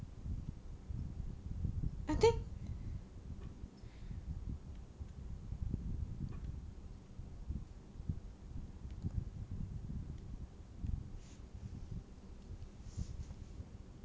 I think